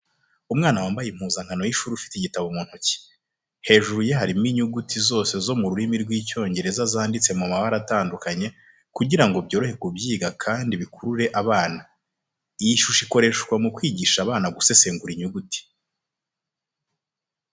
Umwana wambaye impuzankano y’ishuri ufite igitabo mu ntoki. Hejuru ye harimo inyuguti zose zo mu rurimi rw’Icyongereza zanditswe mu mabara atandukanye kugira ngo byorohe kubyiga kandi bikurure abana iyi shusho ikoreshwa mu kwigisha abana gusesengura inyuguti.